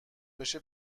بشه